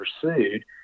pursued